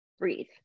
breathe